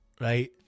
right